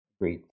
agreed